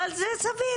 אבל זה סביר,